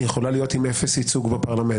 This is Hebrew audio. היא יכולה להיות עם אפס ייצוג בפרלמנט.